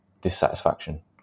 dissatisfaction